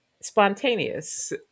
spontaneous